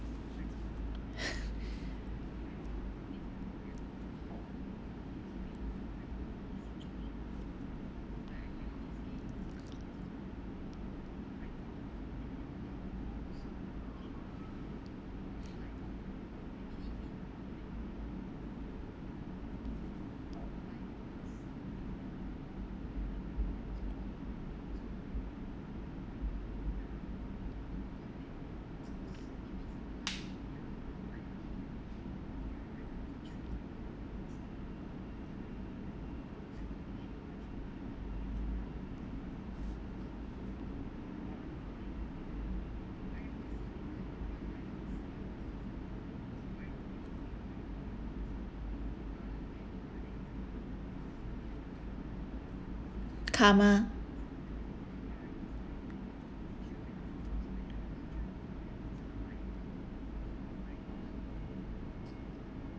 karma